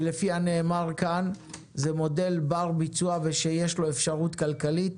שנאמר כאן שזה מודל בר-ביצוע ושיש לו אפשרות כלכלית.